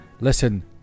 listen